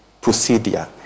procedure